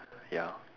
ya